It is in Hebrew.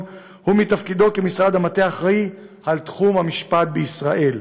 ומתפקידו כמשרד המטה האחראי על תחום המשפט בישראל.